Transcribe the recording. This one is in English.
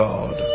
God